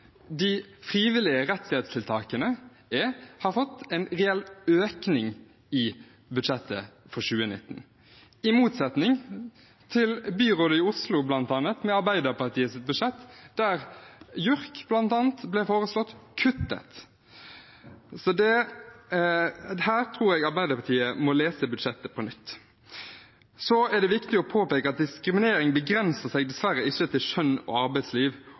De frivillige rettshjelpstiltakene har fått en reell økning i budsjettet for 2019 – i motsetning til budsjettet til byrådet i Oslo, bl.a. med Arbeiderpartiet, der bl.a. støtten til JURK ble foreslått kuttet. Så her tror jeg Arbeiderpartiet må lese budsjettet på nytt. Så er det viktig å påpeke at diskriminering dessverre ikke begrenser seg til kjønn og arbeidsliv.